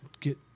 get